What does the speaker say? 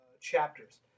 chapters